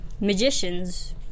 magicians